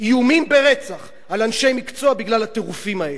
איומים ברצח על אנשי מקצוע בגלל הטירופים האלה.